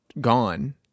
gone